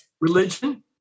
religion